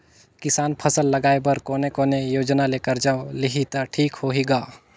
किसान फसल लगाय बर कोने कोने योजना ले कर्जा लिही त ठीक होही ग?